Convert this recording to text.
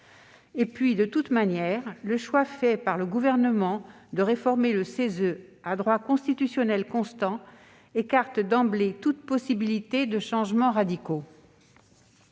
». De toute façon, le choix fait par le Gouvernement de réformer le CESE à droit constitutionnel constant écarte d'emblée toute possibilité de changements radicaux.